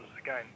again